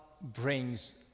brings